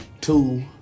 two